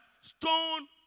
stone